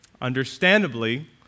Understandably